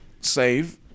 save